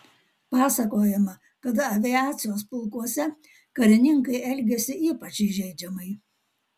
pasakojama kad aviacijos pulkuose karininkai elgėsi ypač įžeidžiamai